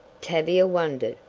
tavia wondered.